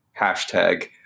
Hashtag